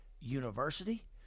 University